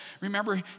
remember